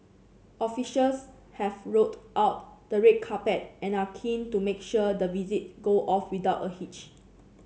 officials have rolled out the red carpet and are keen to make sure the visit go off without a hitch